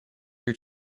your